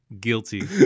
Guilty